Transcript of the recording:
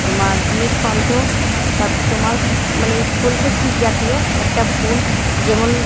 তোমার নীলকণ্ঠ তারপর তোমার মানে কল্কে ফুল জাতীয় একটা ফুল যেমন